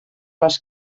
les